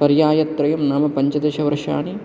पर्यायत्रयं नाम पञ्चदश वर्षाणि